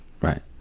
right